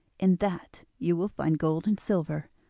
in that you will find gold and silver,